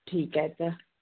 ठीकु आहे त